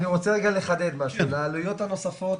אני רוצה לחדד לגבי העלויות הנוספות,